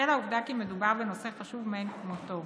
בשל העובדה כי מדובר בנושא חשוב מאין כמותו,